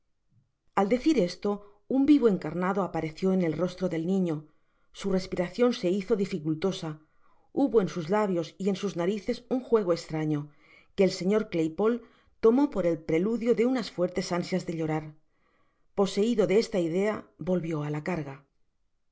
al decir esto un vivo encarnado apareció en el rostro del niño su respiracion se hizo dificultosa hubo en sus labios y en sus narices un juego estraño que el señor claypole tomó por el preludio de unas fuertes ansias de llorar poseido de esta idea volvió á la carga